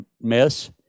mess